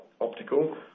optical